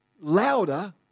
louder